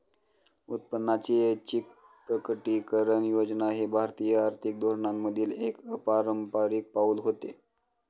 उत्पन्नाची ऐच्छिक प्रकटीकरण योजना हे भारतीय आर्थिक धोरणांमधील एक अपारंपारिक पाऊल होते